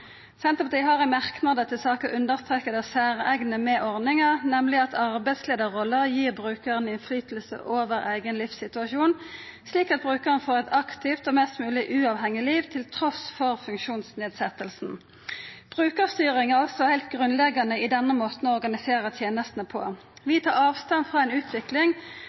Senterpartiet har i merknader til saka streka under det særeigne med ordninga, nemleg at arbeidsleiarrolla gir brukaren innflytelse over eigen livssituasjon, slik at brukaren får eit aktivt og mest mogleg uavhengig liv trass i funksjonsnedsetjing. Brukarstyring er altså heilt grunnleggjande i denne måten å organisera tenestene på. Vi tar avstand frå ei utvikling